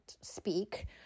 speak